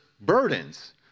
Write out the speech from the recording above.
burdens